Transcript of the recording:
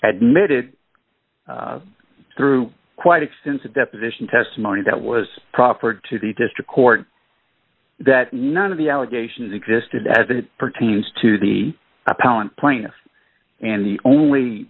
admitted through quite extensive deposition testimony that was proffered to the district court that none of the allegations existed as it pertains to the appellant plaintiff and the only